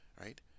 right